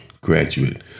graduate